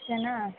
ಅಷ್ಟೇನಾ